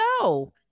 no